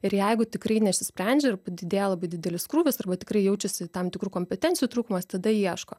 ir jeigu tikrai neišsisprendžia ir didėja labai didelis krūvis arba tikrai jaučiasi tam tikrų kompetencijų trūkumas tada ieško